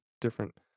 different